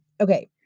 okay